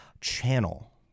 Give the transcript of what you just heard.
channel